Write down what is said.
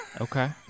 Okay